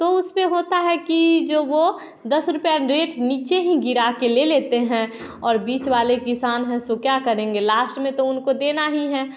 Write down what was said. तो उसमें होता है कि जो वो दस रुपये रेट नीचे ही गिरा के ले लेते हैं और बीच वाले किसान है सो क्या करेंगे लास्ट में तो देना ही है